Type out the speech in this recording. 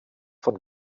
von